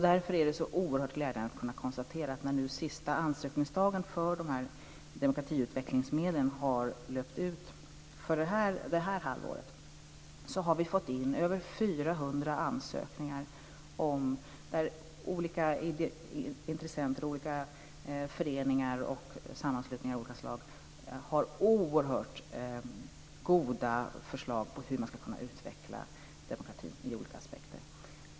Därför är det så oerhört glädjande att kunna konstatera att när nu sista ansökningsdagen för demokratiutvecklingsmedlen har löpt ut för det här halvåret har vi fått in över 400 ansökningar. Olika intressenter, föreningar och sammanslutningar av olika slag, har oerhört goda förslag om hur man ska kunna utveckla demokratin ur olika aspekter.